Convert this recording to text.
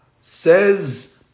Says